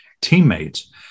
teammates